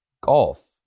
golf